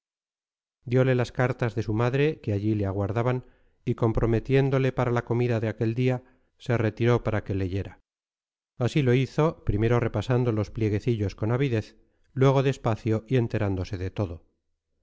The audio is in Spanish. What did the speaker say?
diole las cartas de su madre que allí le aguardaban y comprometiéndole para la comida de aquel día se retiró para que leyera así lo hizo primero repasando los plieguecillos con avidez luego despacio y enterándose de todo